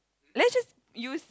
let's just use